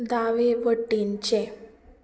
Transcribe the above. दावे वटेनचें